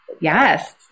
Yes